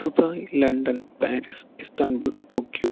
Dubai London Paris Istanbul Tokyo